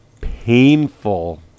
painful